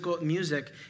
music